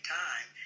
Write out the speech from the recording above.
time